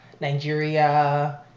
Nigeria